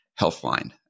Healthline